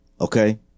Okay